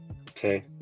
Okay